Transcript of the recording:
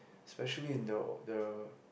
specially in the old the